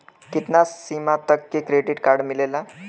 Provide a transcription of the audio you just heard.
कितना सीमा तक के क्रेडिट कार्ड मिलेला?